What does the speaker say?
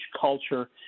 culture